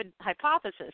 hypothesis